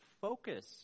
focus